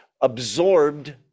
absorbed